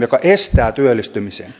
joka estää työllistymisen